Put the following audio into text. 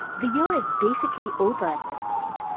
the year is basically over at this point.